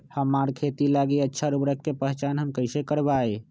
हमार खेत लागी अच्छा उर्वरक के पहचान हम कैसे करवाई?